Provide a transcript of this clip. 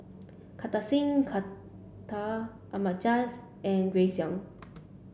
Kartar Singh Thakral Ahmad Jais and Grace Young